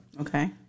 Okay